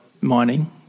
mining